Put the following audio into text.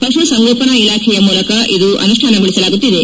ಪಶು ಸಂಗೋಪನಾ ಇಲಾಖೆಯ ಮೂಲಕ ಅನುಷ್ಠಾನಗೊಳಿಸಲಾಗುತ್ತಿದೆ